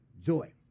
joy